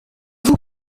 vous